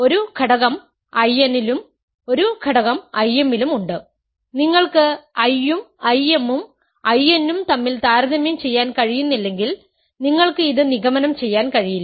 ഒരു ഘടകം I n ലും ഒരു ഘടകം I m ലും ഉണ്ട് നിങ്ങൾക്ക് I ഉം Im ഉം In ഉം തമ്മിൽ താരതമ്യം ചെയ്യാൻ കഴിയുന്നില്ലെങ്കിൽ നിങ്ങൾക്ക് ഇത് നിഗമനം ചെയ്യാൻ കഴിയില്ല